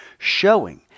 showing